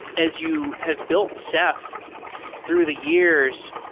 as you have built ceph through the years,